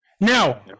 Now